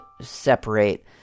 separate